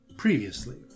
Previously